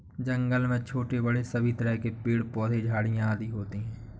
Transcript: जंगल में छोटे बड़े सभी तरह के पेड़ पौधे झाड़ियां आदि होती हैं